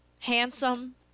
Handsome